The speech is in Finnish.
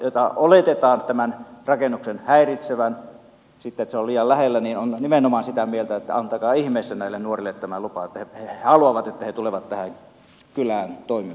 naapuri jota oletetaan tämän rakennuksen häiritsevän että se on liian lähellä on nimenomaan sitä mieltä että antakaa ihmeessä näille nuorille tämä lupa että he haluavat että he tulevat tähän kylään toimimaan